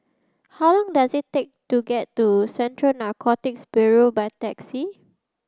how long does it take to get to Central Narcotics Bureau by taxi